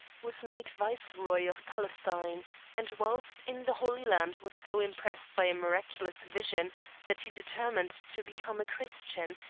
was made viceroy of palestine and whilst in the holy land was so impressed by a miraculous vision that he determined to become a christian,